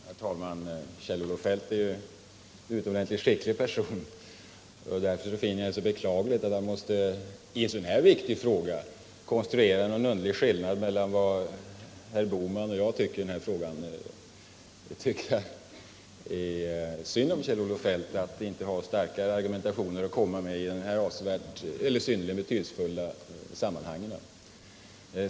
Herr talman! Kjell-Olof Feldt är en utmärkt skicklig person. Därför finner jag det beklagligt att han i en så viktig fråga som denna anser att han måste konstruera någon underlig skillnad mellan vad herr Bohman och jag anser. Jag tycker synd om Kjell-Olof Feldt för att han inte har någon starkare argumentation att komma med i de här synnerligen betydelsefulla sammanhangen.